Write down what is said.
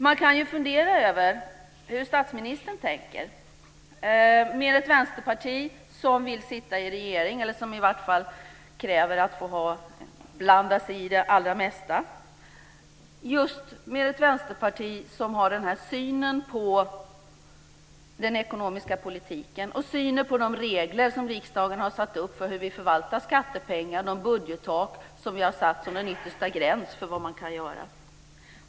Man kan fundera över hur statsministern tänker med ett vänsterparti som vill sitta i regeringen, eller som i vart fall kräver att få blanda sig i det allra mesta, just med ett vänsterparti som har den här synen på den ekonomiska politiken och på de regler som riksdagen har satt upp för hur vi förvaltar skattepengar och det budgettak som vi har satt som en yttersta gräns för vad man kan göra.